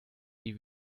die